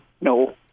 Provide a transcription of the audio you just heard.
no